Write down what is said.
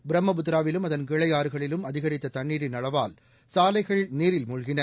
பிரம்மபுத்திராவிலும் அதன் கிளை ஆறுகளிலும் அதிகரித்த தண்ணீரின் அளவால் சாலைகள் நீரில் மூழ்கின